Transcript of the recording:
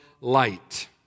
light